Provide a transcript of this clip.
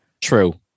True